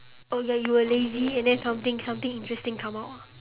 oh ya you were lazy and then something something interesting come out